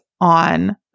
on